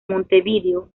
montevideo